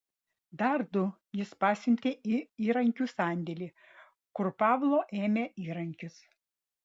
dar du jis pasiuntė į įrankių sandėlį kur pavlo ėmė įrankius